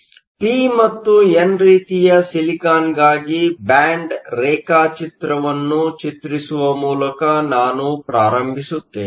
ಆದ್ದರಿಂದಪಿ ಮತ್ತು ಎನ್ ರೀತಿಯ ಸಿಲಿಕಾನ್ಗಾಗಿ ಬ್ಯಾಂಡ್ ರೇಖಾಚಿತ್ರವನ್ನು ಚಿತ್ರಿಸುವ ಮೂಲಕ ನಾನು ಪ್ರಾರಂಭಿಸುತ್ತೇನೆ